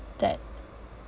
that